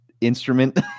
instrument